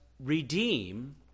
redeem